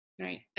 Right